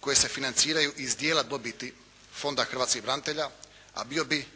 koje se financiraju iz dijela dobiti fonda hrvatskih branitelja, a bio bi